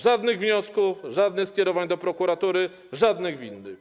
Żadnych wniosków, żadnych skierowań do prokuratury, żadnych winnych.